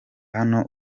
hano